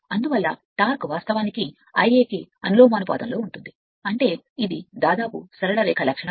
అందువల్ల టార్క్ వాస్తవానికి Ia కు అనులోమానుపాతంలో ఉంటుంది అంటే ఇది దాదాపు సరళ రేఖ లక్షణం